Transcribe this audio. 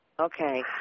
Okay